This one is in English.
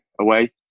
away